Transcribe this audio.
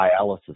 dialysis